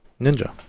ninja